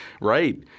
Right